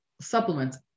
supplements